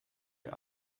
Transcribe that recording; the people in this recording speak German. wir